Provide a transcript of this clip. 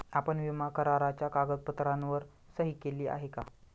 आपण विमा कराराच्या कागदपत्रांवर सही केली आहे का?